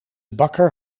bakker